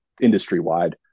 industry-wide